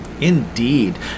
Indeed